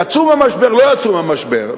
יצאו מהמשבר, לא יצאו מהמשבר.